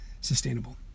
sustainable